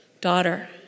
Daughter